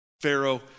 Pharaoh